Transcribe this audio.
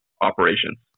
operations